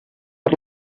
per